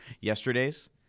Yesterday's